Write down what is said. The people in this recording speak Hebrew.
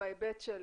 בהיבט של